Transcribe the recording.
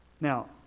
Now